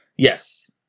Yes